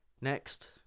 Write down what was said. Next